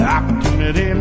Opportunity